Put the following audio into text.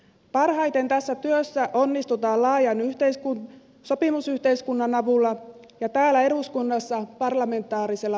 parhaiten tässä työssä onnistutaan laajan sopimusyhteiskunnan avulla ja täällä eduskunnassa parlamentaarisella valmistelulla